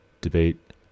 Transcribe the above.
debate